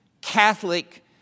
Catholic